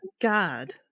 God